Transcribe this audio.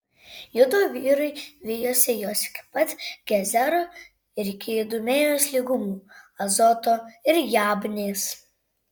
judo vyrai vijosi juos iki pat gezero ir iki idumėjos lygumų azoto ir jabnės